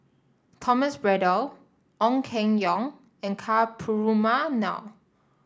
Thomas Braddell Ong Keng Yong and Ka Perumal